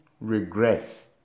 regress